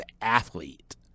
athlete